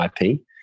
IP